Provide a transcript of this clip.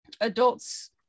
adults